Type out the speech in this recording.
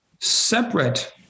separate